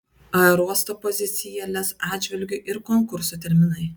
aerouosto pozicija lez atžvilgiu ir konkurso terminai